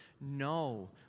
No